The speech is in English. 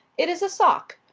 it is a sock.